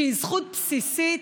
שהוא זכות בסיסית,